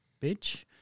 bitch